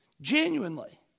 Genuinely